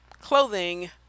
clothing